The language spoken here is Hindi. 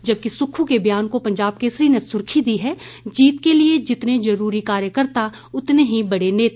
जबकि सुक्खू के बयान को पंजाब केसरी ने सुर्खी दी है जीत के लिये जितने जरूरी कार्यकर्ता उतने ही बड़े नेता